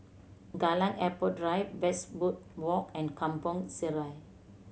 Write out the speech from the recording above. Kallang Airport Drive Westwood Walk and Kampong Sireh